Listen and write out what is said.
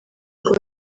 ngo